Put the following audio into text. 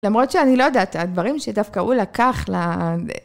למרות שאני לא יודעת, הדברים שדווקא הוא לקח...לזה